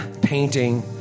painting